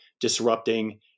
disrupting